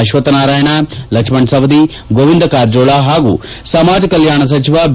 ಅಶ್ವಕ್ಷನಾರಾಯಣ ಲಕ್ಷ್ಣಸವದಿ ಗೋವಿಂದ ಕಾರಜೋಳ ಹಾಗೂ ಸಮಾಜ ಕಲ್ಯಾಣ ಸಚಿವ ಬಿ